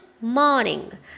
Morning